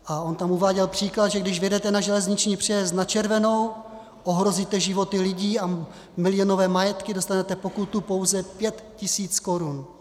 A on tam uváděl příklad, že když vjedete na železniční přejezd na červenou, ohrozíte životy lidí a milionové majetky, dostanete pokutu pouze 5 tisíc korun.